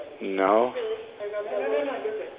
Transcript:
no